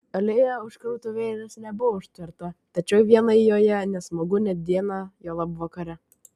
alėja už krautuvėlės nebuvo užtverta tačiau vienai joje nesmagu net dieną juolab vakare